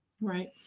Right